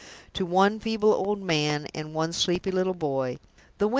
to one feeble old man and one sleepy little boy,